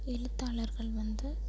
எழுத்தாளர்கள் வந்து